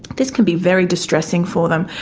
this can be very distressing for them,